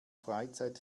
freizeit